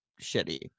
shitty